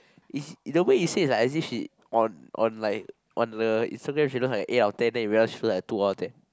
is either way you say like as if she on on like on the Instagram she does that eh I tear that where else she look like two out of that